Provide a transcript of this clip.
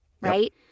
Right